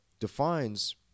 defines